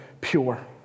pure